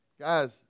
Guys